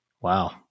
Wow